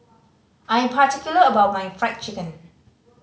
I'm particular about my Fried Chicken